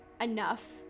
enough